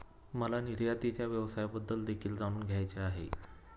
मला निर्यातीच्या व्यवसायाबद्दल देखील जाणून घ्यायचे आहे